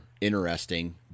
interesting